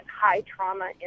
high-trauma